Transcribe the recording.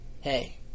hey